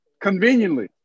conveniently